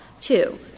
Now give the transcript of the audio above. Two